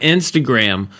Instagram